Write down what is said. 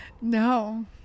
No